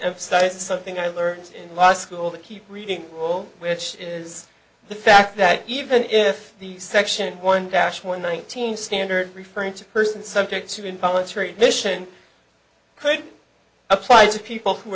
emphasize is something i learned in law school to keep reading which is the fact that even if the section one cashpoint nineteen standard referring to a person subject to involuntary admission could apply to people who